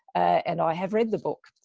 and i have read the book.